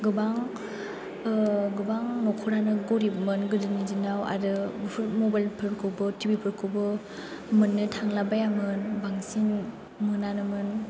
गोबां गोबां नखरानो गोरिबमोन गोदोनि दिनाव आरो मबाइलफोरखौबो टिभिफोरखौबो मोननो थांला बायामोन बांसिन मोनानोमोन